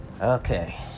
Okay